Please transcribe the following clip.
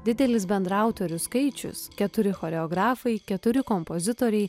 didelis bendraautorių skaičius keturi choreografai keturi kompozitoriai